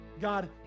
God